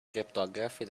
cryptography